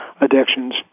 addictions